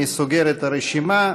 אני סוגר את הרשימה.